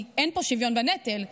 כי אין פה שוויון בנטל,